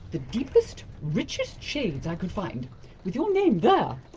the deepest, richest shades i could find with your name there,